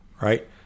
right